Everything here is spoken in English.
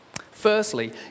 Firstly